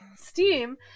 Steam